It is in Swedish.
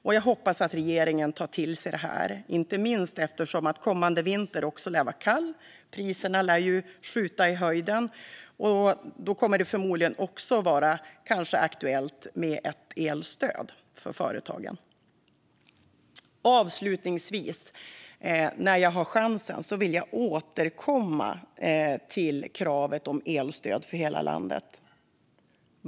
Och jag hoppas att regeringen tar till sig detta, inte minst eftersom kommande vinter också lär vara kall och priserna lär skjuta i höjden. Då kommer det kanske också att vara aktuellt med ett elstöd för företagen. Avslutningsvis: När jag har chansen vill jag återkomma till kravet på elstöd för hela landet.